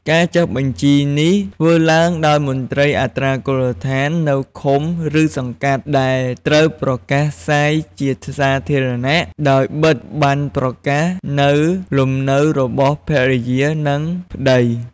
ការចុះបញ្ជីនេះធ្វើឡើងដោយមន្ត្រីអត្រានុកូលដ្ឋាននៅឃុំ ឬសង្កាត់ ដែលត្រូវប្រកាសផ្សាយជាសាធារណៈ ដោយបិទប័ណ្ណប្រកាសនៅលំនៅរបស់ ភរិយា និងប្ដី។